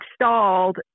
installed